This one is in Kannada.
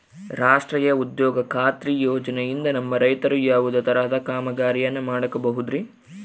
ರಾಷ್ಟ್ರೇಯ ಉದ್ಯೋಗ ಖಾತ್ರಿ ಯೋಜನೆಯಿಂದ ನಮ್ಮ ರೈತರು ಯಾವುದೇ ತರಹದ ಕಾಮಗಾರಿಯನ್ನು ಮಾಡ್ಕೋಬಹುದ್ರಿ?